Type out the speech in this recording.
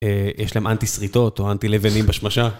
יש להם אנטי שריטות או אנטי לבנים בשמשה.